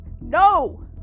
No